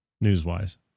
news-wise